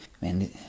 man